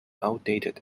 outdated